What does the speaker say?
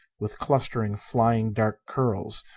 with clustering, flying dark curls,